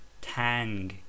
tang